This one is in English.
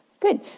Good